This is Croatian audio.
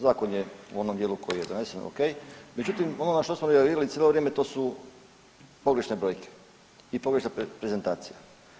Zakon je u onom dijelu koji je donesen o.k. Međutim, ono na što smo reagirali cijelo vrijeme to su pogrešne brojke i pogrešna prezentacija.